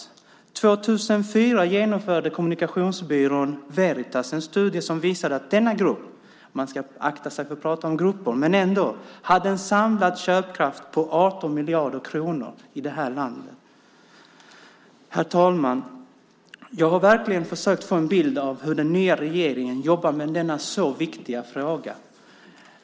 År 2004 genomförde kommunikationsbyrån Veritas en studie som visade att denna grupp - man ska akta sig för att prata om grupper, men ändå - hade en samlad köpkraft på 18 miljarder kronor i det här landet. Herr talman! Jag har verkligen försökt få en bild av hur den nya regeringen jobbar med denna så viktiga fråga.